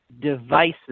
devices